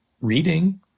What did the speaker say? reading